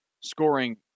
scoring